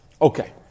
Okay